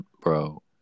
Bro